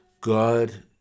God